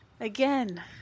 again